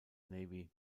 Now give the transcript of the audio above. navy